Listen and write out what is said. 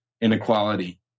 inequality